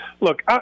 Look